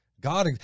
God